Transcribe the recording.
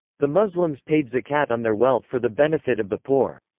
the muslims paid zakat on their wealth for the benefit of the poor.